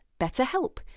BetterHelp